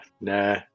Nah